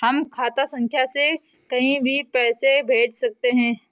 हम खाता संख्या से कहीं भी पैसे कैसे भेज सकते हैं?